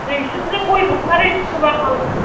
नोंसोरनिजों गय फाननाया बेसेबां